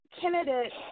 candidate